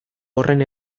horren